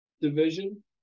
division